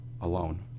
alone